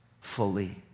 fully